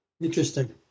Interesting